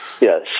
Yes